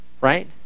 right